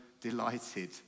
Delighted